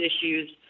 issues